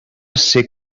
ser